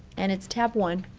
and it's tab one.